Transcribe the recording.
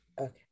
okay